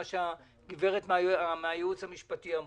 מה שהגברת מהייעוץ המשפטי אמרה,